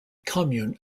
comune